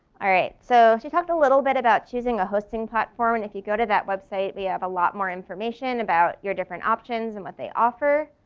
all right, so she talked a little bit about choosing a hosting platform. and if you go to that website, we have a lot more information about your different options and what they offer.